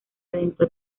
alentó